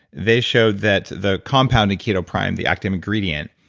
they showed that the compound in ketoprime, the active ingredient,